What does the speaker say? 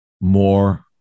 more